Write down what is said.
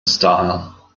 style